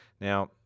Now